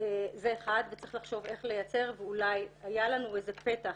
זה אחד וצריך לחשוב איך לייצר ואולי היה לנו איזה פתח,